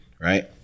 right